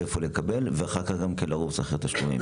היכן לקבל ואחר כך גם לרוץ אחרי התשלומים.